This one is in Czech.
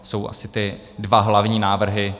Jsou asi ty dva hlavní návrhy.